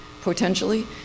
potentially